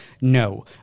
No